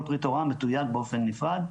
כל פריט הוראה מטויב באופן נפרד,